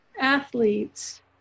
athletes